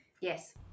Yes